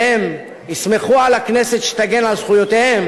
שהם יסמכו על הכנסת שתגן על זכויותיהם